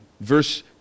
Verse